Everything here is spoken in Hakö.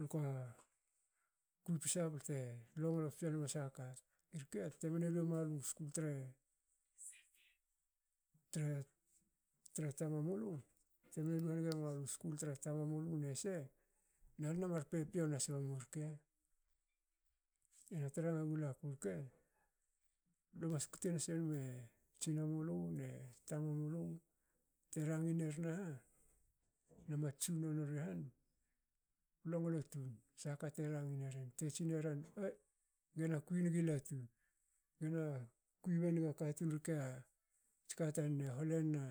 alka kui psa bte longlo psenma sahaka. Irke luemalu skul tre tre- tre- tre tamamulu temne lu haniga malu skul tre tamamulu nese. nalu na mar pepiou nasimu rke. A te ranga gulaku rke. lo mas kute nsenme tsinamulu ne tamamulu te rangi nerin aha na mats tsunono ri han. longlo tun sha kate rangi neren te tsineren,"oi gena kui nigi latu. gena kui beinaga katun rke ats ka tanen," holenna